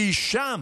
שם,